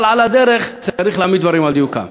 אבל על הדרך צריך להעמיד דברים על דיוקם.